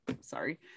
sorry